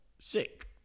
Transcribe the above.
sick